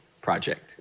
project